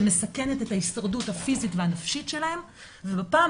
שמסכנת את ההישרדות הפיזית והנפשית שלהם ובפעם